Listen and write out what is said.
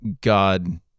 God